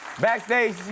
Backstage